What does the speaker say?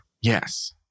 Yes